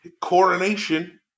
coronation